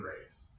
race